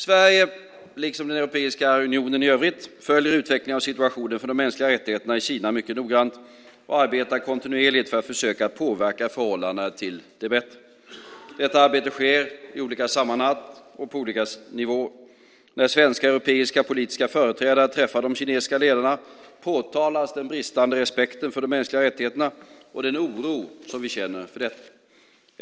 Sverige, liksom den europeiska unionen i övrigt, följer utvecklingen av situationen för de mänskliga rättigheterna i Kina mycket noggrant och arbetar kontinuerligt för att försöka påverka förhållandena till det bättre. Detta arbete sker i olika sammanhang och på olika nivåer. När svenska och europeiska politiska företrädare träffar de kinesiska ledarna påtalas den bristande respekten för de mänskliga rättigheterna och den oro som vi känner för detta.